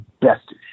best